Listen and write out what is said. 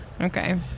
Okay